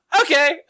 okay